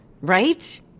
right